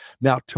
now